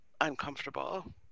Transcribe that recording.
uncomfortable